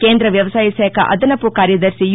కేంద వ్యవసాయశాఖ అదనపు కార్యదర్శి యు